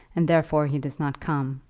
and therefore he does not come.